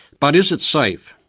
but is it safe?